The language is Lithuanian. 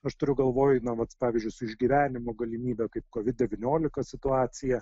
aš turiu galvoj na vat pavyzdžiui su išgyvenimo galimybe kaip kovid devyniolika situacija